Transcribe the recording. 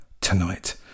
tonight